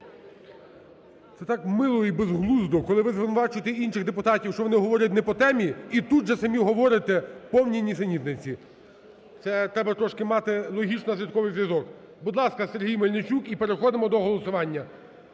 Це так мило і безглуздо, коли ви звинувачуєте інших депутатів, що вони говорять не по темі, і тут же самі говорите повні нісенітниці. Це треба трішки мати логічно-наслідковий зв'язок. Будь ласка, Сергій Мельничук. І переходимо до голосування.